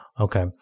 Okay